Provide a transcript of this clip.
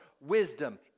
wisdom